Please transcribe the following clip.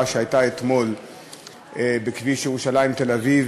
שהייתה אתמול בכביש ירושלים תל-אביב,